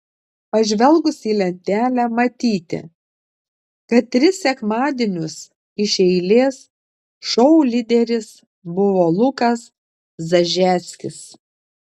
pažvelgus į lentelę matyti kad tris sekmadienius iš eilės šou lyderis buvo lukas zažeckis